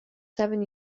seven